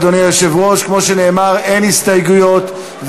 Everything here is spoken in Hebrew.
הרווחה והבריאות,